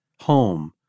home